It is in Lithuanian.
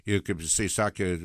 ir kaip jisai sakė